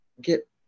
get